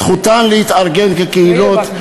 זכותן להתארגן כקהילות,